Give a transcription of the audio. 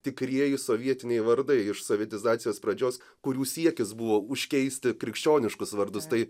tikrieji sovietiniai vardai iš sovietizacijos pradžios kurių siekis buvo užkeisti krikščioniškus vardus tai